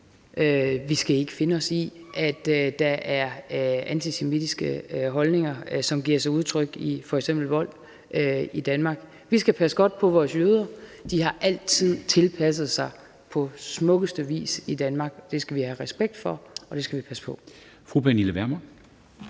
Vi skal ikke finde os i, at der er antisemitiske holdninger, som giver sig udtryk i f.eks. vold i Danmark. Vi skal passe godt på vores jøder. De har altid tilpasset sig på smukkeste vis i Danmark. Det skal vi have respekt for, og det skal vi passe på. Kl. 13:58 Formanden